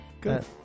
good